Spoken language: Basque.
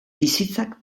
bizitzak